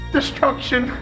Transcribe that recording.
Destruction